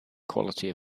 quality